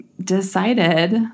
decided